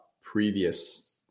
previous